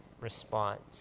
response